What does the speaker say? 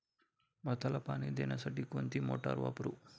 भाताला पाणी देण्यासाठी कोणती मोटार वापरू?